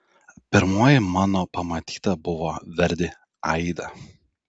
pirmoji mano pamatyta buvo verdi aida